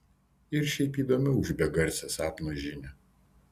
ir šiaip įdomiau už begarsę sapno žinią